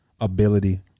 ability